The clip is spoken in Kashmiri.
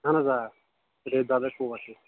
اَہَن حظ آ بیٚیہِ بیلَٹ ژور